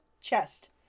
chest